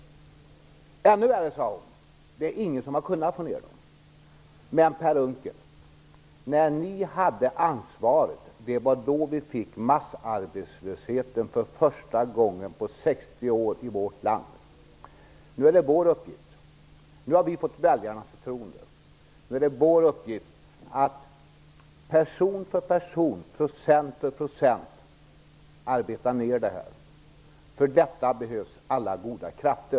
Ännu värre - det är ingen som har kunna få ned den, sade hon. Per Unckel! När ni hade ansvaret fick vi massarbetslöshet för första gången på 60 år i vårt land. Nu har vi socialdemokrater fått väljarnas förtroende - nu är det vår uppgift att person för person, procent för procent, arbeta ned arbetslösheten. För detta behövs alla goda krafter.